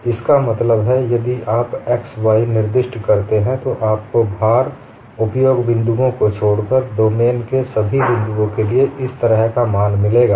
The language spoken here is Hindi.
इसका मतलब है यदि आप x y निर्दिष्ट करते हैं तो आपको भार उपयोग बिंदुओं को छोड़कर डोमेन के सभी बिंदुओं के लिए इस तरह का मान मिलेगा